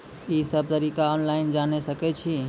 ई सब तरीका ऑनलाइन जानि सकैत छी?